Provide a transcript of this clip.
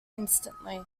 instantly